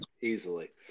easily